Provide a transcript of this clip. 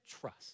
trust